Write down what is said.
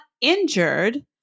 injured